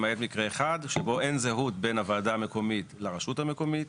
לא ראינו סיבה לחזור ולדרוש הסכמה